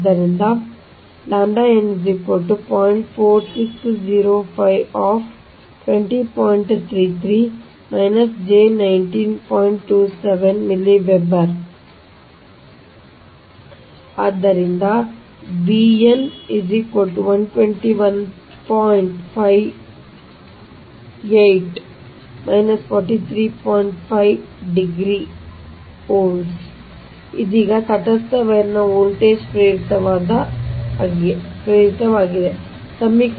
ಆದ್ದರಿಂದ ಆದ್ದರಿಂದ ಆದ್ದರಿಂದ ಇದು ಇದೀಗ ತಟಸ್ಥ ವೈರ್ನ ವೋಲ್ಟೇಜ್ ಪ್ರೇರಿತವಾಗಿದೆ ಭಾಗ c